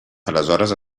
aleshores